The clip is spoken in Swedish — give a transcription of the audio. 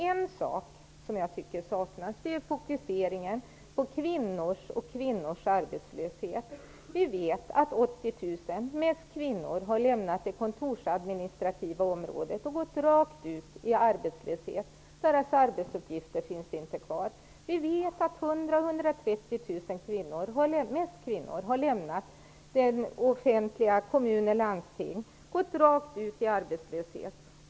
En sak som jag tycker saknas är fokuseringen på kvinnor och kvinnors arbetslöshet. Vi vet att 80 000 personer, mest kvinnor, har lämnat det kontorsadministativa området och gått rakt ut i arbetslöshet. Deras arbetsuppgifter finns inte kvar. Vi vet att 100 000 130 000 personer, mest kvinnor, har lämnat det offentliga, kommuner och landsting, och gått rakt ut i arbetslöshet.